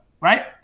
right